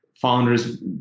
founders